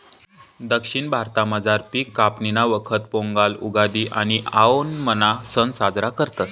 दक्षिण भारतामझार पिक कापणीना वखत पोंगल, उगादि आणि आओणमना सण साजरा करतस